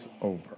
over